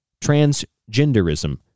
transgenderism